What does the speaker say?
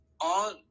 on